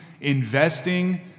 investing